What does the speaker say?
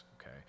okay